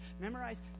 memorize